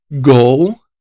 goal